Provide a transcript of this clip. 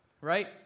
right